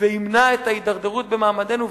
וימנע את ההידרדרות במעמדנו,